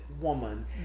woman